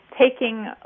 taking